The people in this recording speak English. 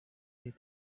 their